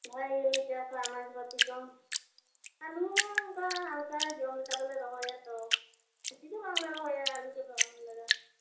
ᱵᱷᱟᱹᱜᱤ ᱜᱮᱞᱮ ᱪᱟᱥᱟ ᱟᱱᱟᱡ ᱯᱟᱹᱛᱤ ᱠᱚ ᱟᱹᱞᱩ ᱚᱱᱠᱟ ᱦᱟᱱᱠᱟ ᱡᱚᱢ ᱞᱮᱠᱟ ᱫᱚᱞᱮ ᱨᱚᱦᱚᱭᱟ ᱛᱚ ᱵᱤᱥᱤ ᱫᱚ ᱵᱟᱝᱞᱮ ᱨᱚᱦᱚᱭᱟ ᱟᱹᱞᱩ ᱠᱚᱫᱚ ᱟᱞᱮ ᱫᱚ